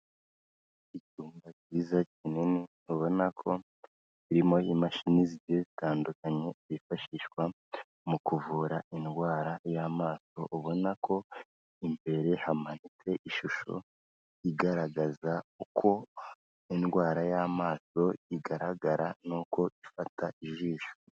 Icyumba cyiza kinini, ubona ko kirimo imashini zigiye zitandukanye zifashishwa mu kuvura indwara y'amaso, ubona ko imbere hamanitse ishusho igaragaza uko indwara y'amato igaragara nuko ifata ijisho.